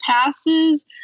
passes